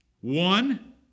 one